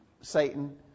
Satan